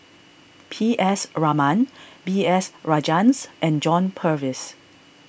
P S Raman B S Rajhans and John Purvis